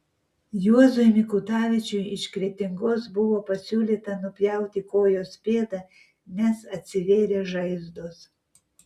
juozui mikutavičiui iš kretingos buvo pasiūlyta nupjauti kojos pėdą nes atsivėrė žaizdos